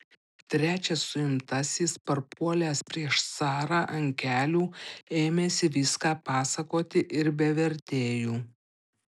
trečias suimtasis parpuolęs prieš carą ant kelių ėmėsi viską pasakoti ir be vertėjų